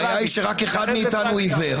רק אחד מאיתנו עיוור.